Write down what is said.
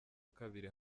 kabiri